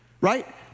Right